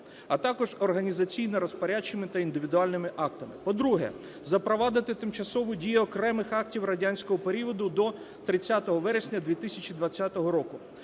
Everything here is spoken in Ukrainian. а також організаційно-розпорядчими та індивідуальними актами. По-друге, запровадити тимчасову дію окремих актів радянського періоду до 30 вересня 2020 року.